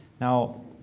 Now